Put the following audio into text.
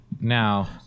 Now